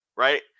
Right